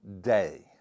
day